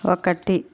ఒకటి